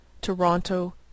Toronto